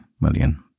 million